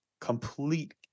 Complete